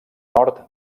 nord